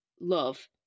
love